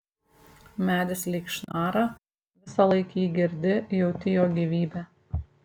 medis lyg šnara visąlaik jį girdi jauti jo gyvybę